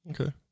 Okay